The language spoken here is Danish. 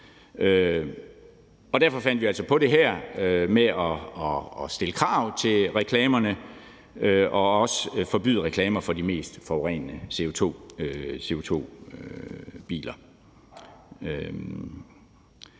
Derfor fandt vi altså på det her med at stille krav til reklamerne og også forbyde reklamer for de mest CO2-forurenende biler.